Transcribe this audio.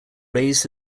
raised